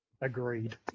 Agreed